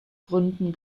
gründen